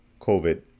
COVID